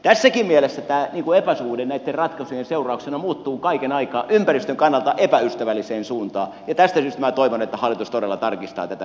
tässäkin mielessä tämä epäsuhde näitten ratkaisujen seurauksena muuttuu kaiken aikaa ympäristön kannalta epäystävälliseen suuntaan ja tästä syystä minä toivon että hallitus todella tarkistaa tätä linjaa